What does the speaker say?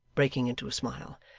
breaking into a smile,